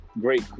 great